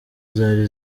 zari